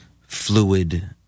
fluid